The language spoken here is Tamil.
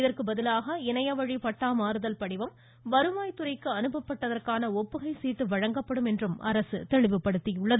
இதற்கு பதிலாக இணையவழி பட்டா மாறுதல் படிவம் வருவாய் துறைக்கு அனுப்பப்பட்டதற்கான ஒப்புகை சீட்டு வழங்கப்படும் என்றும் அரசு தெளிவுபடுத்தியுள்ளது